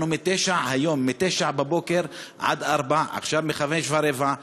אנחנו היום מ-09:00 עד 16:00, ועכשיו מ-17:15,